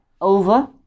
over